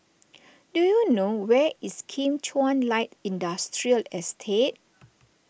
do you know where is Kim Chuan Light Industrial Estate